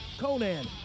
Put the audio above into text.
Conan